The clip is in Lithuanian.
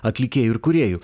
atlikėjų ir kūrėjų